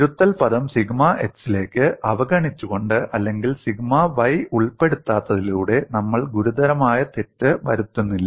തിരുത്തൽ പദം sigma x ലേക്ക് അവഗണിച്ചുകൊണ്ട് അല്ലെങ്കിൽ സിഗ്മ y ഉൾപ്പെടുത്താത്തതിലൂടെ നമ്മൾ ഗുരുതരമായ തെറ്റ് വരുത്തുന്നില്ല